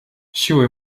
siły